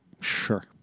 Sure